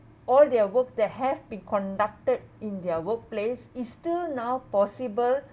all their work that has been conducted in their workplace is still now possible